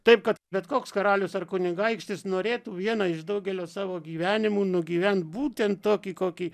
taip kad bet koks karalius ar kunigaikštis norėtų vieną iš daugelio savo gyvenimų nugyvent būtent tokį kokį